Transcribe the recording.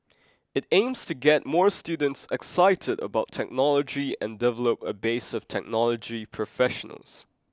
it aims to get more students excited about technology and develop a base of technology professionals